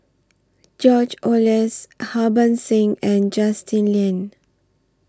George Oehlers Harbans Singh and Justin Lean